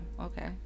okay